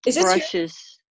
brushes